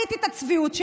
ראיתי את הצביעות שלהם.